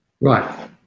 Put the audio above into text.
right